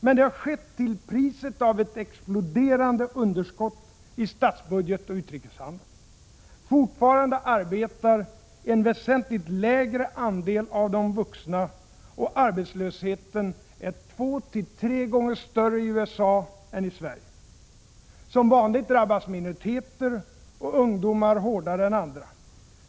Men det har skett till priset av exploderande underskott i statsbudgeten och utrikeshandeln. Fortfarande arbetar en väsentligt lägre andel vuxna, och arbetslösheten är två till tre gånger större i USA än i Sverige. Som vanligt drabbas minoriteter och ungdomar hårdare än andra.